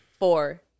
Four